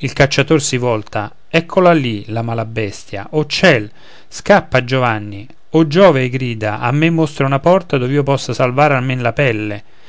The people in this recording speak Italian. il cacciator si volta eccola lì la mala bestia oh ciel scappa giovanni o giove ei grida a me mostra una porta dov'io possa salvare almen la pelle